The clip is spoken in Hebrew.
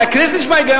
אולי הכנסת יש בה היגיון,